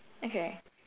okay